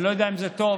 אני לא יודע אם זה טוב.